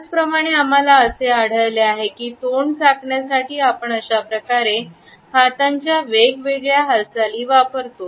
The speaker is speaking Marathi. त्याच प्रमाणे आम्हाला असे आढळले आहे की तोंड झाकण्यासाठी आपण अशाप्रकारे हातांच्या वेगवेगळ्या हालचाली वापरते